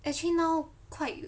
actually now quite